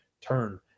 turn